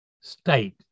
state